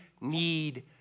need